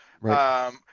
Right